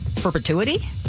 perpetuity